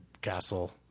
castle